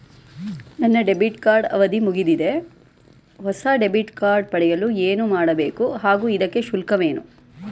ನನ್ನ debit card ಅವಧಿ ಮುಗಿದಿದೆ ಹೊಸ ಡೆಬಿಟ್ ಕಾರ್ಡ್ ಪಡೆಯಲು ಏನು ಮಾಡಬೇಕು ಹಾಗೂ ಇದಕ್ಕೆ ಶುಲ್ಕವೇನು?